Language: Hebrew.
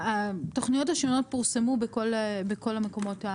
התוכניות השונות פורסמו בכל המקומות.